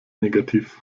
negativ